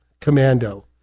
commando